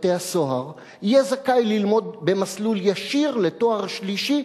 בתי-הסוהר יהיה זכאי ללמוד במסלול ישיר לתואר שלישי,